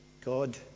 God